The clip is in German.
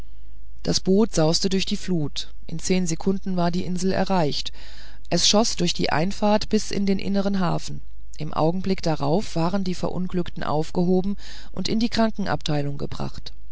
das boot sauste durch die flut in zehn sekunden war die insel erreicht es schoß durch die einfahrt bis in den inneren hafen im augenblick darauf waren die verunglückten aufgehoben und in die krankenabteilung gebracht